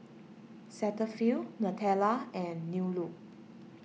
Cetaphil Nutella and New Look